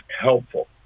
helpful